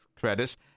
credits